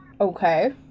Okay